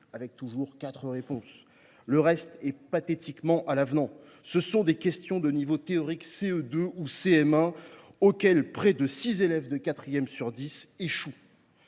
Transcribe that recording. entre quatre réponses. Tout le reste est pathétiquement à l’avenant. Il s’agit de questions de niveau théorique CE2 ou CM1, auxquelles près de six élèves de quatrième sur dix échouent